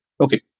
okay